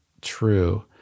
true